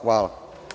Hvala.